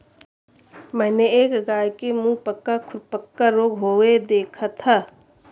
मैंने एक गाय के मुहपका खुरपका रोग हुए देखा था